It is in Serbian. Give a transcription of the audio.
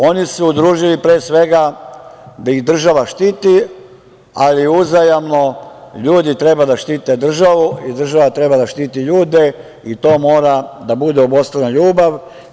Oni su se udružili pre svega da ih država štiti, ali uzajamno ljudi treba da štite državu i država treba da štiti ljudi i to mora da bude obostrana ljubav.